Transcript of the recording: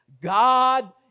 God